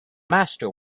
master